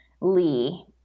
Lee